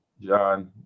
John